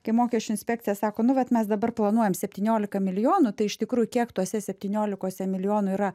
kai mokesčių inspekcija sako nu vat mes dabar planuojam septyniolika milijonų tai iš tikrųjų kiek tuose septyniolikose milijonių yra